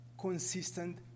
consistent